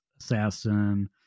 assassin